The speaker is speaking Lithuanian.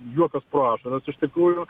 juokas pro ašaras iš tikrųjų